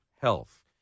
health